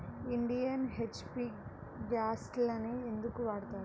Indian, H P గ్యాస్లనే ఎందుకు వాడతాము?